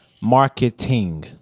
marketing